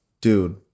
Dude